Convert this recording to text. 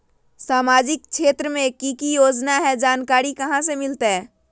सामाजिक क्षेत्र मे कि की योजना है जानकारी कहाँ से मिलतै?